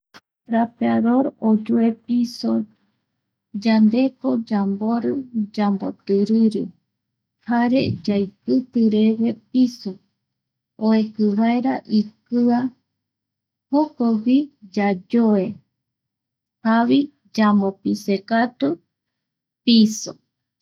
Trapeador oyoe piso, yandeko yambori tambotiriri jare yaikitireve piso, oeki vaera ikia jokogui yayoe, javoi yamopise katu piso.